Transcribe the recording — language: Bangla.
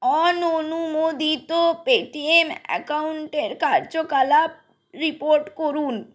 অননুমোদিত পেটিএম অ্যাকাউন্টের কার্যকলাপ রিপোর্ট করুন